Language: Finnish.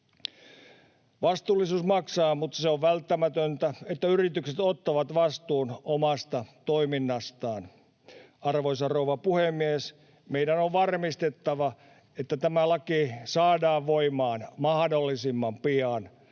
Vastuullisuus maksaa, mutta on välttämätöntä, että yritykset ottavat vastuun omasta toiminnastaan. Arvoisa rouva puhemies! Meidän on varmistettava, että tämä laki saadaan voimaan mahdollisimman pian.